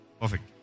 Perfect